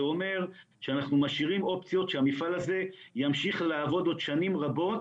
זה אומר שאנחנו משאירים אופציות שהמפעל הזה ימשיך לעבוד עוד שנים רבות.